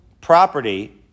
property